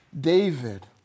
David